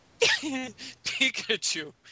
Pikachu